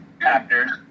actors